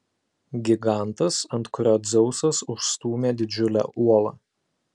gigantas ant kurio dzeusas užstūmė didžiulę uolą